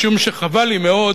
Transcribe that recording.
משום שחבל לי מאוד